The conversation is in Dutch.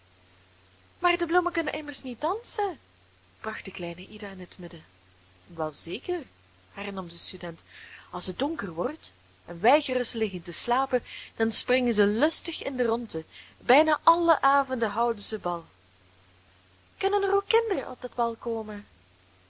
maar de bloemen kunnen immers niet dansen bracht de kleine ida in het midden wel zeker hernam de student als het donker wordt en wij gerust liggen te slapen dan springen ze lustig in de rondte bijna alle avonden houden ze bal kunnen er ook kinderen op dat bal komen